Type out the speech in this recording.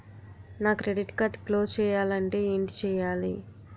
నా credit card close చేయాలంటే ఏంటి చేయాలి?